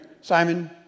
Simon